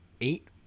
eight